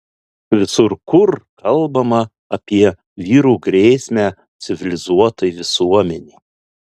visur kur kalbama apie vyrų grėsmę civilizuotai visuomenei